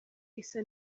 isa